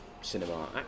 cinema